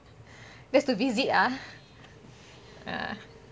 just to visit ah